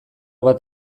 bat